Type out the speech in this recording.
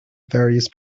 various